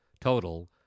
total